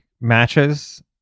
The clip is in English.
matches